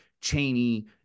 Cheney